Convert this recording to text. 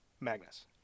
Magnus